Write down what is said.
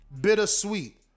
bittersweet